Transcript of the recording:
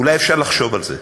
אולי אפשר לחשוב על זה.